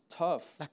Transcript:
tough